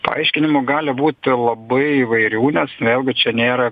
paaiškinimų gali būti labai įvairių nes vėlgi čia nėra